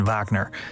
Wagner